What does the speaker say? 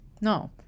No